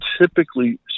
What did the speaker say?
typically